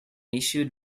issued